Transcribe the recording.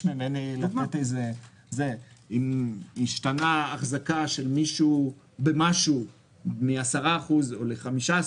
למשל השתנתה החזקה של מישהו במשהו מ-10% ל-15%,